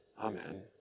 Amen